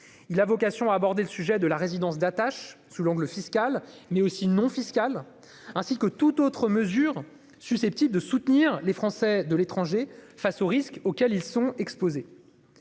a vocation à aborder le sujet de la résidence d'attache sous l'angle fiscal, mais aussi non fiscal, ainsi que toute autre mesure susceptible de soutenir les Français de l'étranger face aux risques auxquels ils sont exposés.